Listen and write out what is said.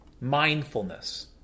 Mindfulness